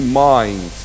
mind